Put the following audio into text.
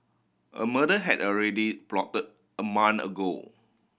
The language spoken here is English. a murder had already plotted a month ago